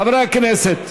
חברי הכנסת,